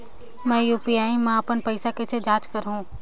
मैं यू.पी.आई मा अपन पइसा कइसे जांच करहु?